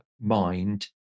mind